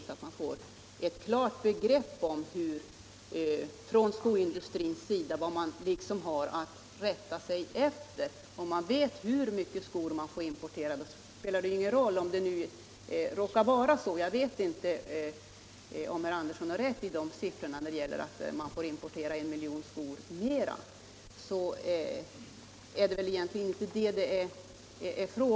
Inom skoindustrin bör man också få ett klart begrepp över vad man har att rätta sig efter. Om det råkar vara så - jag vet inte om herr Anderssons siffror är riktiga — att man får importera en miljon skor mer, så är det väl egentligen inte detta det gäller.